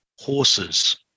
horses